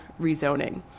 rezoning